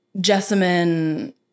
Jessamine